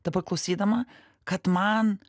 dabar klausydama kad man